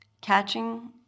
catching